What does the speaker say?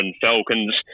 Falcons